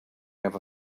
ever